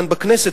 כאן בכנסת,